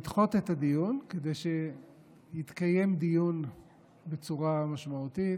לדחות את הדיון כדי שיתקיים דיון בצורה משמעותית,